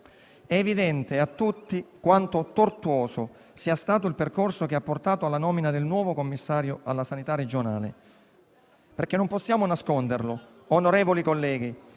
È evidente a tutti quanto tortuoso sia stato il percorso che ha portato alla nomina del nuovo commissario alla sanità regionale. Non possiamo nasconderlo, onorevoli colleghi: